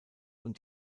und